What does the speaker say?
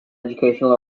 educational